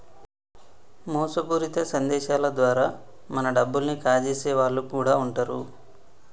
మోసపూరితమైన సందేశాల ద్వారా మన డబ్బుల్ని కాజేసే వాళ్ళు కూడా వుంటరు